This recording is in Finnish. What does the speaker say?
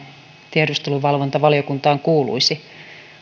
tiedusteluvalvontavaliokuntaan kuuluisi